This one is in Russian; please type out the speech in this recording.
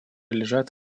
лежат